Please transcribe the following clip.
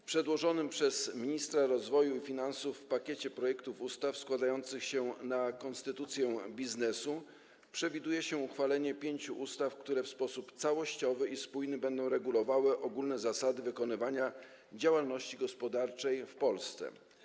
W przedłożonym przez ministra rozwoju i finansów pakiecie projektów składających się na „Konstytucję biznesu” przewiduje się uchwalenie pięciu ustaw, które w sposób całościowy i spójny będą regulowały ogólne zasady wykonywania działalności gospodarczej w Polsce.